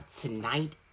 tonight